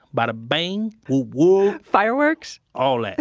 badda bang, whoop whoop fireworks? all that.